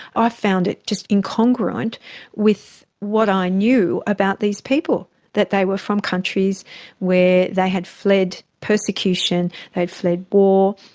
ah i found it just incongruent with what i knew about these people, that they were from countries where they had fled persecution, they had fled war,